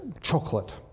chocolate